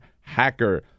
hacker